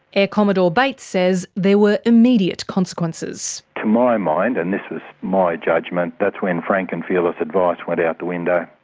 air commodore bates says there were immediate consequences. to my mind, and this was my judgement, that's when frank and fearless advice went out the window.